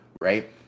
right